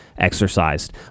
exercised